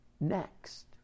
next